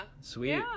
Sweet